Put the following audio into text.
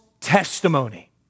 testimony